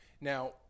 Now